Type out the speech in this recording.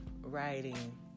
writing